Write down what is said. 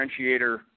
differentiator